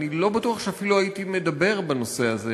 אני לא בטוח שאפילו הייתי מדבר בנושא הזה,